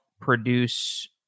produce